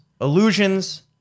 Illusions